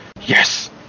Yes